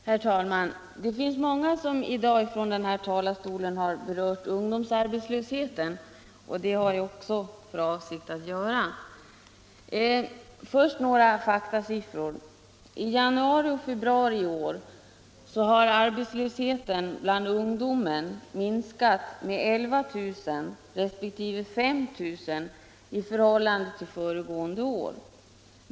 Herr talman! Många har i dag från denna talarstol berört ungdomsarbetslösheten, vilket också jag har för avsikt att göra. Först några faktasiffror. I januari och februari i år har antalet arbetslösa bland ungdomen minskat med 11 000 resp. 5 000 i förhållande till föregående år.